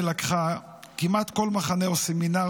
לקחה כמעט כל מחנה או סמינר,